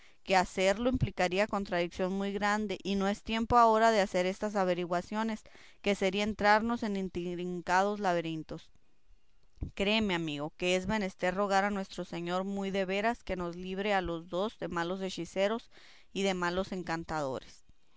que a serlo implicaría contradición muy grande y no es tiempo ahora de hacer estas averiguaciones que sería entrarnos en intricados laberintos créeme amigo que es menester rogar a nuestro señor muy de veras que nos libre a los dos de malos hechiceros y de malos encantadores